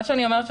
מה שאני אומרת,